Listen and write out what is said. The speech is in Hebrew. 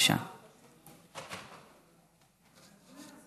במקרה הזה נושאים שנוגעים לעם